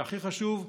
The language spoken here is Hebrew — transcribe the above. והכי חשוב,